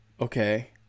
okay